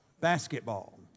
basketball